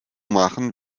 machen